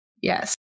Yes